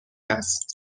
است